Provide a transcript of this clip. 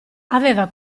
aveva